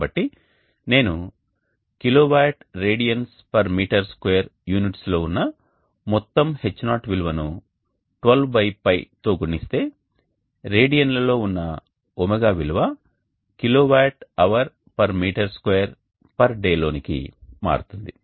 కాబట్టి నేను kWRadiansm2 units లో ఉన్న మొత్తం H0 విలువను 12π తో గుణిస్తే రేడియన్ల లో ఉన్న ω విలువ kWhm2day లోనికి మారుతుంది